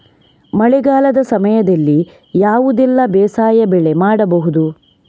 ಮಳೆಗಾಲದ ಸಮಯದಲ್ಲಿ ಯಾವುದೆಲ್ಲ ಬೇಸಾಯ ಬೆಳೆ ಮಾಡಬಹುದು?